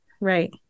Right